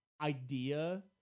idea